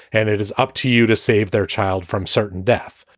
and it is up to you to save their child from certain death.